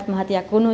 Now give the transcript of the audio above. सुधार कयल